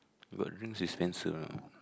but drinks is expensive you know